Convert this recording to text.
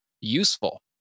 useful